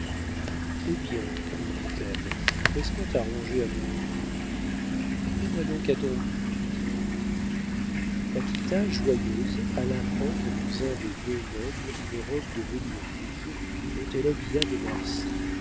eh bien lui dit-elle laisse-moi t'arranger à mon goût mets moi donc à ton goût dit henri paquita joyeuse alla prendre dans un des deux meubles une robe de velours rouge dont elle habilla de marsay